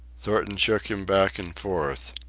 thornton shook him back and forth.